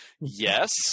yes